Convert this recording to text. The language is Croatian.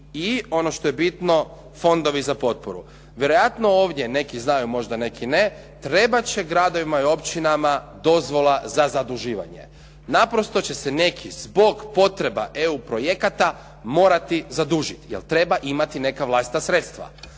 i ono što je bitno fondovi za potporu. Vjerojatno ovdje neki znaju, možda neki ne, trebat će gradovima i općinama dozvola za zaduživanje. Naprosto će se neki zbog potreba EU projekata morati zadužiti, jer treba imati neka vlastita sredstva.